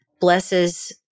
blesses